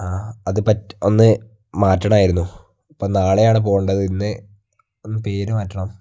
ആ അത് ഒന്ന് മാറ്റണമായിരുന്നു ഇപ്പോൾ നാളെയാണ് പോകേണ്ടത് ഇന്ന് ഒന്ന് പേരു മാറ്റണം